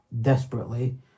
desperately